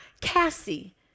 Cassie